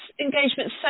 engagement